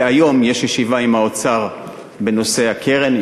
והיום יש ישיבה עם האוצר בנושא הקרן,